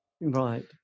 right